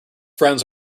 friends